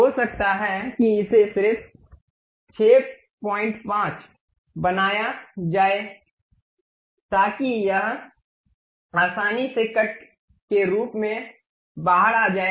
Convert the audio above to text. हो सकता है कि इसे सिर्फ 65 बनाया जाए ताकि यह आसानी से कट के रूप में बाहर आ जाए